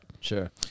Sure